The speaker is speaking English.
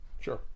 Sure